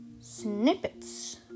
snippets